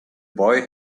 boy